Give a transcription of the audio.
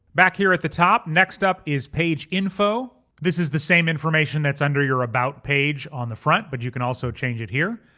back here at the top, next up is page info. this is the same information that's under your about page on the front but you can also change it here.